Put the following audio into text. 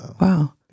Wow